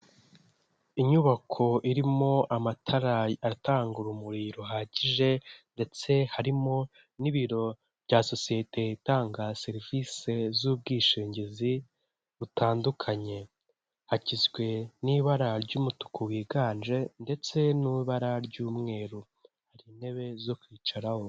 Inyubako irimo amatara atanga urumuri ruhagije ndetse harimo n'ibiro bya sosiyete itanga serivisi z'ubwishingizi butandukanye, hagizwe n'ibara ry'umutuku wiganje ndetse n'ibara ry'umweru, hari intebe zo kwicaraho.